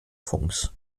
fonds